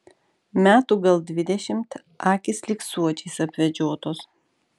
metų gal dvidešimt akys lyg suodžiais apvedžiotos